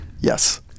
Yes